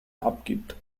abgibt